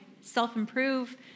self-improve